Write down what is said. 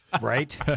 Right